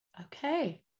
Okay